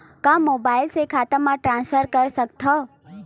का मोबाइल से खाता म ट्रान्सफर कर सकथव?